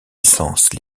essences